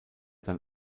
dann